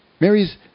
Mary's